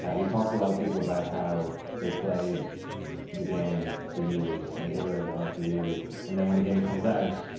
and we talked to a lot of people about how they played the game years and they iterated on it for years, and then when the game comes out,